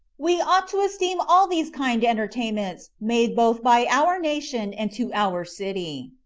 we ought to esteem all these kind entertainments made both by our nation and to our city,